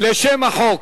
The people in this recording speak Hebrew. לשם החוק,